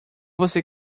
você